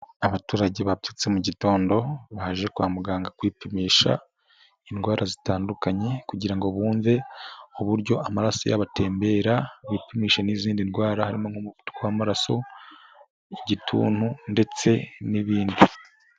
Abaturage babyutse mu gitondo, baje kwa muganga kwipimisha indwara zitandukanye, kugira ngo bumve uburyo amaraso yabo atembera, bipimisha n'izindi ndwara harimo umuvuduko w'amaraso, igituntu ndetse n'ibindi.